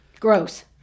Gross